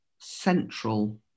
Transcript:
central